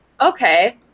okay